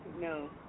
no